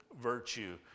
virtue